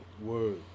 Word